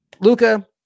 Luca